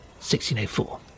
1604